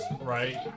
right